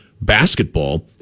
basketball